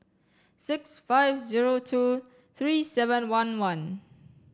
six five zero two three seven one one